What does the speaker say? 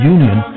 Union